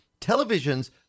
Televisions